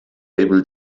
able